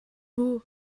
beau